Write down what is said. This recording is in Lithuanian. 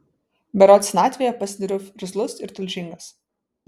berods senatvėje pasidariau irzlus ir tulžingas